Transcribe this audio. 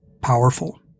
powerful